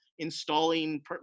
installing